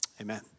amen